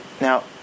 now